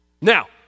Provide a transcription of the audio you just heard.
Now